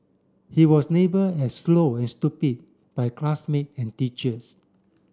he was labelled as slow and stupid by classmate and teachers